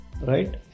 Right